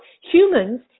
humans